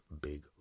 Big